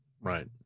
Right